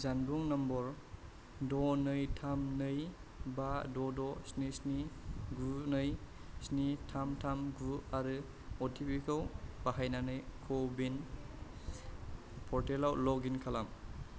जानबुं नम्बर द' नै थाम नै बा द' द' स्नि स्नि गु नै स्नि थाम थाम गु आरो अ टि पि खौ बाहायनानै क' विन पर्टेलाव लग इन खालाम